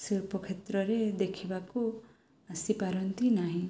ଶିଳ୍ପକ୍ଷେତ୍ରରେ ଦେଖିବାକୁ ଆସିପାରନ୍ତି ନାହିଁ